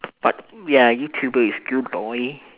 but ya YouTuber is good boy